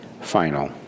final